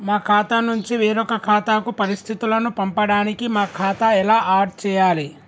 మా ఖాతా నుంచి వేరొక ఖాతాకు పరిస్థితులను పంపడానికి మా ఖాతా ఎలా ఆడ్ చేయాలి?